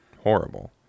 horrible